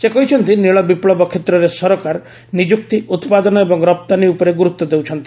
ସେ କହିଛନ୍ତି ନୀଳ ବିପ୍ଲବ କ୍ଷେତ୍ରରେ ସରକାର ନିଯୁକ୍ତି ଉତ୍ପାଦନ ଏବଂ ରପ୍ତାନୀ ଉପରେ ଗୁରୁତ୍ୱ ଦେଉଛନ୍ତି